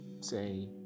say